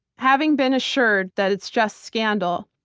having been assured that it's just scandal,